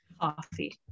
coffee